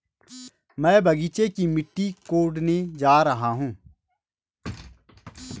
मैं बगीचे की मिट्टी कोडने जा रहा हूं